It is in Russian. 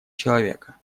человека